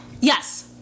yes